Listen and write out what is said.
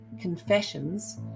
confessions